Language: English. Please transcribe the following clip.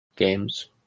Games